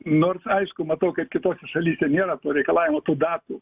nors aišku matau kad kitose šalyse nėra to reikalavimo tų datų